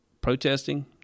protesting